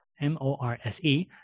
M-O-R-S-E